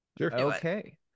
Okay